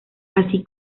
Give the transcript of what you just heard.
así